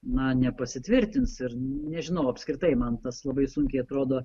na nepasitvirtins ir nežinau apskritai man tas labai sunkiai atrodo